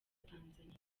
tanzaniya